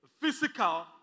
physical